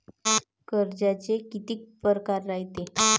कर्जाचे कितीक परकार रायते?